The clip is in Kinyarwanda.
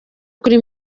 kuri